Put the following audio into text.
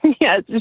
yes